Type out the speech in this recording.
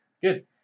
Good